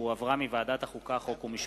שהחזירה ועדת החוקה, חוק ומשפט.